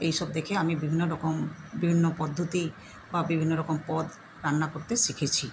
এই সব দেখে আমি বিভিন্ন রকম বিভিন্ন পদ্ধতি বা বিভিন্ন রকম পদ রান্না করতে শিখেছি